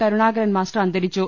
Karunakaran master അന്തരിച്ചു